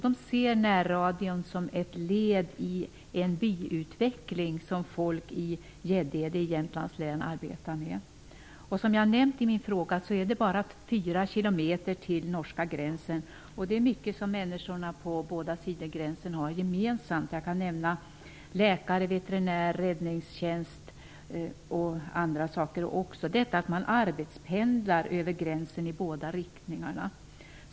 De ser närradion som ett led i den byutveckling som folk i Gäddede i Jämtlands län arbetar med. Som jag har nämnt i min fråga är det bara 4 kilometer till norska gränsen. Människorna på båda sidor gränsen har mycket gemensamt. Jag kan t.ex. nämna läkare, veterinär och räddningstjänst. Man arbetspendlar över gränsen i båda riktningarna.